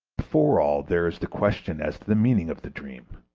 before all there is the question as to the meaning of the dream,